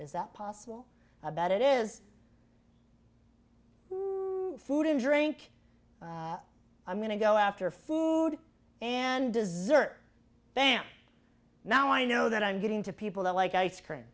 is that possible about it is food and drink i'm going to go after food and dessert vamp now i know that i'm getting to people that like ice cream